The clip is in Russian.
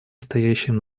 стоящим